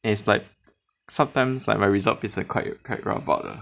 and it's like sometimes like my results 变成 quite quite rabak lah